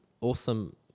awesome